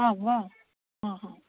आं वा हा हा